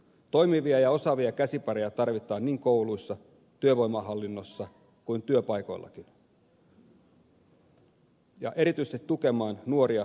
toimivia ja osaavia käsipareja tarvitaan niin kouluissa työvoimahallinnossa kuin työpaikoillakin ja erityisesti tukemaan nuoria työuran alkuun